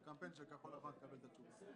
בקמפיין של כחול לבן תקבל את התשובות.